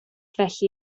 felly